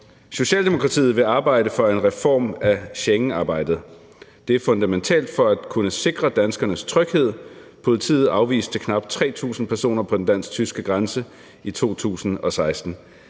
Socialdemokratiet vil arbejde for en reform af Schengensamarbejdet. Det er fundamentalt for at kunne sikre danskernes tryghed. Politiet afviste knap 3.000 personer på den dansk-tyske grænse i 2016.